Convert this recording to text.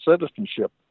citizenship